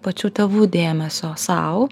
pačių tėvų dėmesio sau